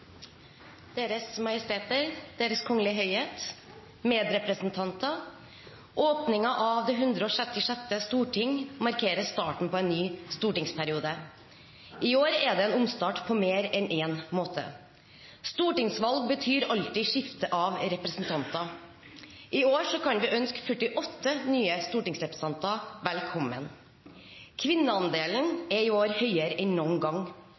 Deres Majesteter, Deres Kongelige Høyhet, medrepresentanter! Åpningen av det 166. storting markerer starten på en ny stortingsperiode. I år er det en omstart på mer enn én måte. Stortingsvalg betyr alltid skifte av representanter. I år kan vi ønske 48 nye stortingsrepresentanter velkommen. Kvinneandelen er i år høyere enn noen gang.